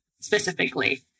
specifically